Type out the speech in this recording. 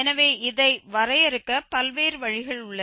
எனவே இதை வரையறுக்க பல்வேறு வழிகள் உள்ளன